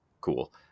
cool